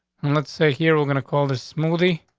let's say here we're gonna call this movie.